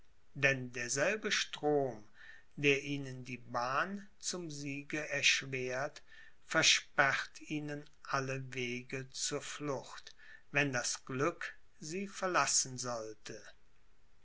denn derselbe strom der ihnen die bahn zum siege erschwert versperrt ihnen alle wege zur flucht wenn das glück sie verlassen sollte